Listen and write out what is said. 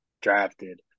drafted